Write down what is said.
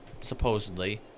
supposedly